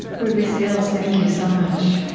ruby sales, thank you so much